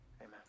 amen